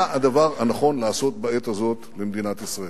הדבר הנכון לעשות בעת הזאת במדינת ישראל?